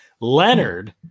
Leonard